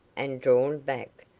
and drawn back,